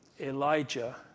Elijah